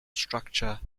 structure